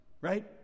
Right